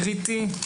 קריטי,